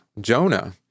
Jonah